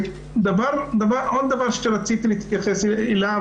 עוד דבר שרציתי להתייחס אליו,